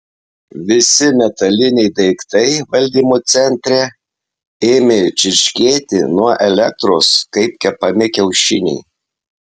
visi metaliniai daiktai valdymo centre ėmė čirškėti nuo elektros kaip kepami kiaušiniai